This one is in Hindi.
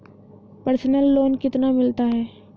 पर्सनल लोन कितना मिलता है?